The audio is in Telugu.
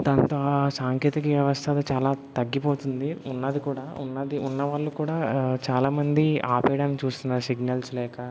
దానితో సాంకేతిక వ్యవస్థది చాలా తగ్గిపోతుంది ఉన్నది కూడా ఉన్నది ఉన్నవాళ్ళు కూడా చాలామంది ఆపేయడానికి చూస్తున్నారు సిగ్నల్స్ లేక